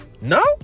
No